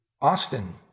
Austin